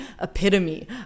epitome